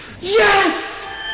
Yes